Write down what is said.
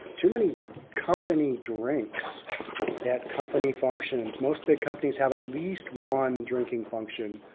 too many company drinks that company functions. most big companies have at least one drinking function.